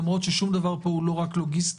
למרות ששום דבר פה הוא לא רק לוגיסטי.